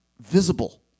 visible